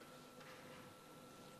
להעביר את הנושא לוועדת החינוך,